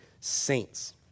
saints